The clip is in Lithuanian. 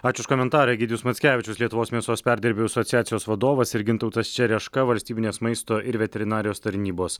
ačiū už komentarą egidijus mackevičius lietuvos mėsos perdirbėjų asociacijos vadovas ir gintautas čereška valstybinės maisto ir veterinarijos tarnybos